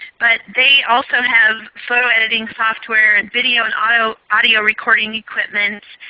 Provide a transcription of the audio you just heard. but they also have photo editing software and video and audio audio recording equipment,